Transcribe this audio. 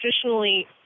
traditionally